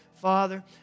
Father